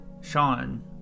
Sean